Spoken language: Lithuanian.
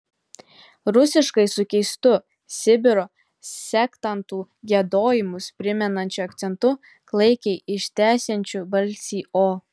rusiškai su keistu sibiro sektantų giedojimus primenančiu akcentu klaikiai ištęsiančiu balsį o